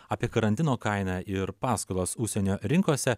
apie karantino kainą ir paskolas užsienio rinkose